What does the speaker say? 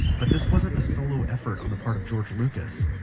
but this wasn't a solo effort on the part of george lucas,